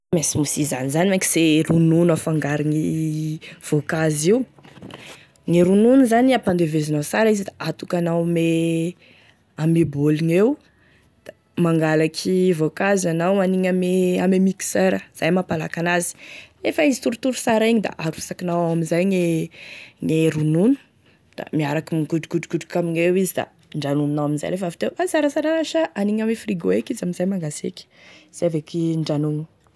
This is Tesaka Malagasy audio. Gne smoothie zany za mein ka sy ronono afangarogny voankozo io e ronono zany ampandevezinao sara da atokanao ame ame boly gneo da mangalaky voankazo anao anigny ame mixeur izay e mampalaky ana'azy lefa izy torotoro sara igny da arotsakinao ao amizay gne ronono da miaraky migrodrogodroko amigneo izy da ndranominao aimn'izay lefa avy teo fa sara sara anazy sa anigny ame frigo eky amizay mangaseky zay vo ki indranomigny.